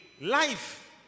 life